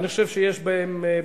אני חושב שיש בהם,